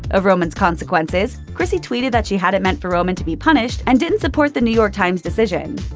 of roman's consequences, chrissy tweeted that she hadn't meant for roman to be punished and didn't support the new york times' decision.